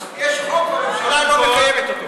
יש חוק והממשלה לא מקיימת אותו.